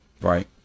right